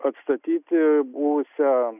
atstatyti buvusią